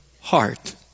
heart